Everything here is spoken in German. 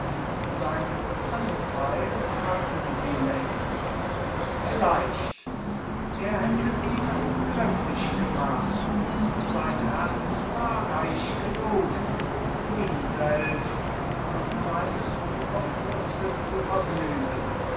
seinen anteil hatten sie längst vielleicht er hätte sie noch glücklich gemacht sein herz war reich genug sie selbst von seinem überflusse zu vergnügen